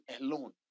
alone